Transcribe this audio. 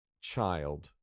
child